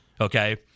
okay